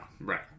right